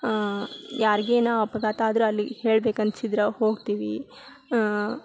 ಯಾರಿಗೇನು ಅಪಘಾತ ಆದರೂ ಅಲ್ಲಿ ಹೇಳ್ಬೇಕನ್ಸಿದ್ರೆ ಹೋಗ್ತೀವಿ